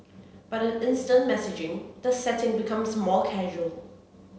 but in instant messaging the setting becomes more casual